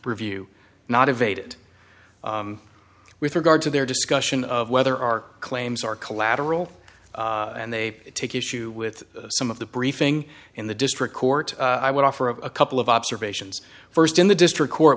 review not evade it with regard to their discussion of whether our claims are collateral and they take issue with some of the briefing in the district court i would offer of a couple of observations first in the district court